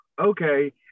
okay